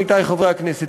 עמיתי חברי הכנסת,